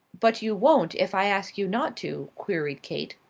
but you won't if i ask you not to? queried kate.